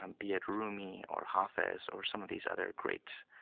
um be it rumi or hafiz or some of these other great